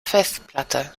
festplatte